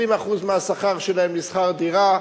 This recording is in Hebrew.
20% מהשכר שלהם לשכר דירה,